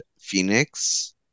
Phoenix